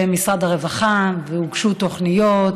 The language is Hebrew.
סביב משרד הרווחה, והוגשו תוכניות,